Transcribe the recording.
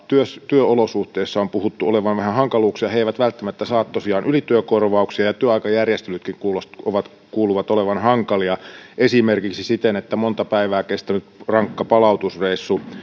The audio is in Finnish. työolosuhteissa on puhuttu olevan vähän hankaluuksia he eivät välttämättä tosiaan saa ylityökorvauksia ja työaikajärjestelytkin kuuluvat olevan hankalia esimerkiksi siten että palattuaan monta päivää kestäneeltä rankalta palautusreissulta